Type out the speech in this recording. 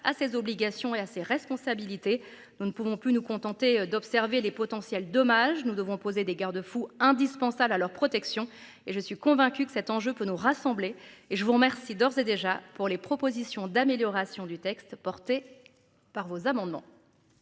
à ses obligations et à ses responsabilités. Nous ne pouvons plus nous contenter d'observer les potentiels dommages nous devons poser des garde-fous indispensables à leur protection et je suis convaincu que cet enjeu peut nous rassembler. Et je vous remercie d'ores et déjà pour les propositions d'amélioration du texte porté par vos amendements.